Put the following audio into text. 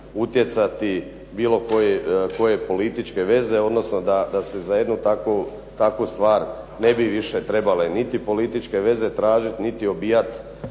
utjecati bilo koje političke veze, odnosno da se za jednu takvu stvar ne bi više trebale niti političke veze tražiti, niti obijati